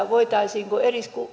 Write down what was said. voitaisiinko